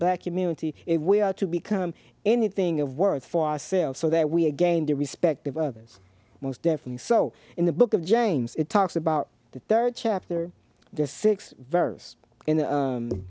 black humanity if we are to become anything of worth for ourselves so that we again the respect of others most definitely so in the book of james it talks about the third chapter there's six verse in the